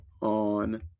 on